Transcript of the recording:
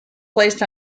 placed